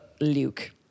Luke